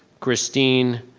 christine